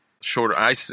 shorter –